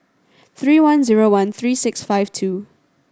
three one zero one three six five two